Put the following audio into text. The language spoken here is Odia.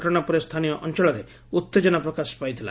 ଘଟଣା ପରେ ସ୍ସାନୀୟ ଅଞ୍ଞଳରେ ଉତ୍ତେଜନା ପ୍ରକାଶ ପାଇଛି